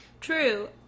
True